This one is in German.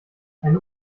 meine